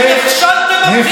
אתם נכשלתם בבחירות והודחתם.